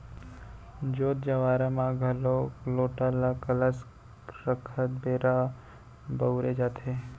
जोत जँवारा म घलोक लोटा ल कलस रखत बेरा बउरे जाथे